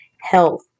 health